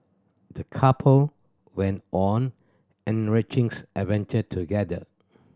the couple went on an enrichings adventure together